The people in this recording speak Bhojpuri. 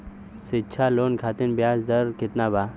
शिक्षा लोन खातिर ब्याज दर केतना बा?